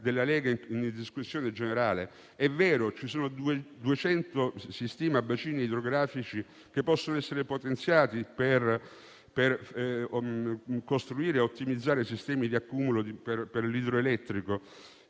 si stima che ci siano duecento bacini idrografici che possono essere potenziati per costruire e ottimizzare sistemi di accumulo per l'idroelettrico.